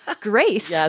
grace